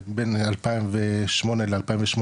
בין 2008 ל-2018,